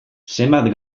zenbat